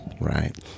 Right